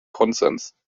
konsens